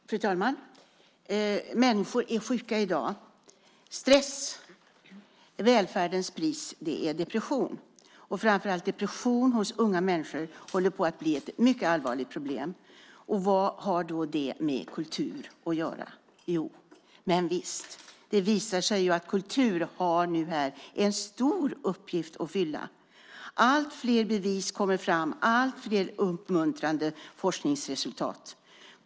Fru talman! Människor är sjuka i dag. Välfärdens pris är stress och depression. Depression hos framför allt unga människor håller på att bli ett mycket allvarligt problem. Vad har då det med kultur att göra? Jo, men visst - det visar sig nu att kultur har en stor uppgift att fylla här! Allt fler bevis och allt fler uppmuntrande forskningsresultat kommer fram.